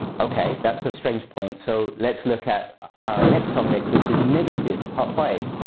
okay, that's a strange point, so let's look at our next topic, which is negatives part five.